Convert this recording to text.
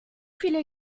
viele